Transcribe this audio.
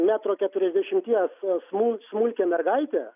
metro keturiasdešimties smul smulką mergaitę